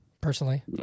personally